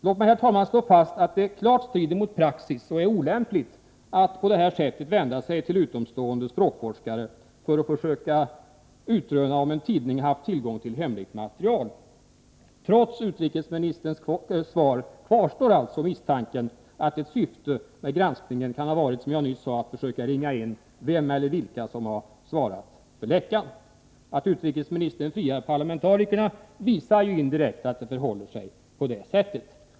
Låt mig, herr talman, slå fast att det klart strider mot praxis och är olämpligt att på detta sätt vända sig till utomstående språkforskare för att försöka utröna om en tidning haft tillgång till hemligt material. Trots utrikesministerns svar kvarstår alltså misstanken att ett syfte med granskningen kan ha varit, som jag nyss sade, att försöka ringa in vem eller vilka som har svarat för läckan. Att utrikesministern friar parlamentarikerna visar indirekt att det förhåller sig på det sättet.